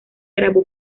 grabó